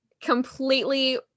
completely